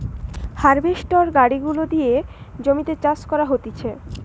harvester গাড়ি গুলা দিয়ে জমিতে চাষ করা হতিছে